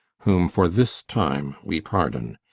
whom for this time we pardon.